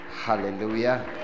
hallelujah